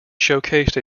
showcased